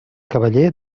cavaller